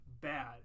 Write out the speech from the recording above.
bad